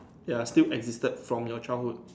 ya still existed from your childhood